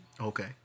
Okay